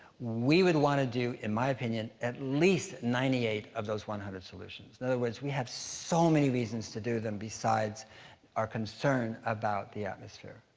we would wanna do, in my opinion, at least ninety eight of those one hundred solutions. in other words, we have so many reasons to do them besides our concern about the atmosphere.